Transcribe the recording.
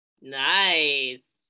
Nice